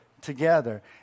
together